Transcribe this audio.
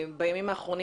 בואו תראו איך זה נראה.